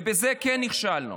בזה כן נכשלנו.